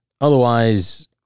Otherwise